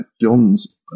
John's